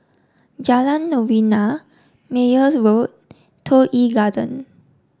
Jalan Novena Meyer Road Toh Yi Garden